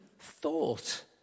Thought